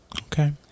Okay